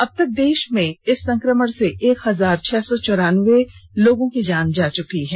अबतक देष में इस संकमण से एक हजार छह सौ चौरानबे लोगों की जान जा चुकी है